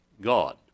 God